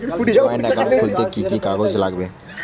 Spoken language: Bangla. জয়েন্ট একাউন্ট খুলতে কি কি কাগজ লাগবে?